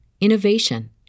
innovation